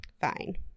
fine